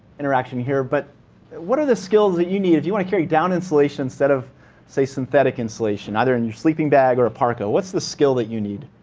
interaction here. but what are the skills that you need if you want to carry down insulation instead of synthetic insulation, either in your sleeping bag or a parka, what's the skill that you need?